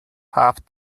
half